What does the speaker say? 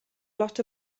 lot